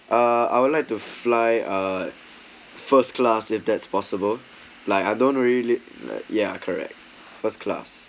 uh I would like to fly a first class if that's possible like I don't really like ya correct first class